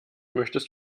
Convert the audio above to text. möchtest